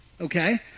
okay